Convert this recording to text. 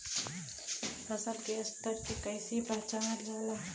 फसल के स्तर के कइसी पहचानल जाला